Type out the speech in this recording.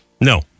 No